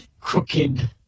crooked